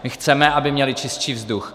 My chceme, aby měli čistší vzduch.